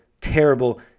terrible